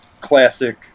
classic